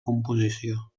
composició